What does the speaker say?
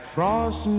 Frost